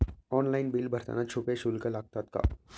Online bill भरताना छुपे शुल्क लागतात का?